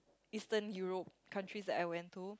eastern Europe countries that I went to